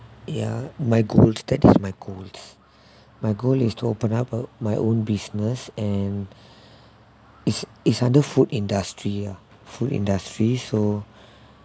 ya my goals that is my goals my goal is to open up a my own business and it's it's under food industry ah food industry so